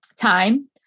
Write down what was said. time